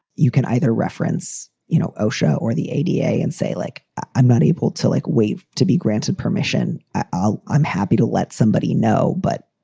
you can either reference, you know, osha or the a d a and say, like, i'm not able to, like, wait to be granted permission. i'm happy to let somebody know. but,